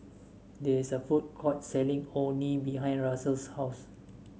there is a food court selling Orh Nee behind Russell's house